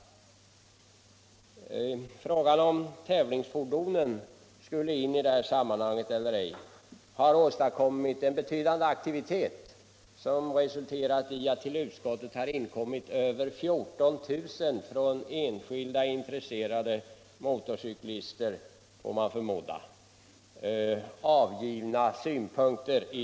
Frågan huruvida tävlingsfordon skulle in i detta sammanhang eller ej har åstadkommit en betydande aktivitet som resulterat i att till utskottet har inkommit synpunkter från 14 000 enskilda intresserade motorcyklister.